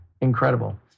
incredible